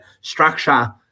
structure